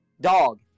dog